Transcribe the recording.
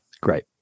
Great